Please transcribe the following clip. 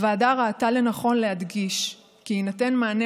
הוועדה ראתה לנכון להדגיש כי יינתן מענה